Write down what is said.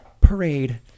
parade